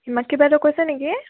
হিমাক্ষী বাইদেউ কৈছে নেকি